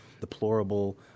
deplorable